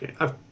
Okay